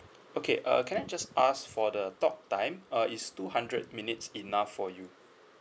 okay uh can I just ask for the talk time uh is two hundred minutes enough for you